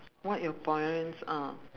what your parents ah